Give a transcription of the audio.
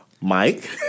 Mike